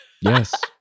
Yes